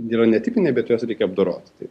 yra netipiniai bet juos reikia apdoroti tai